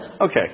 okay